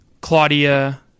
Claudia